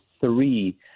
three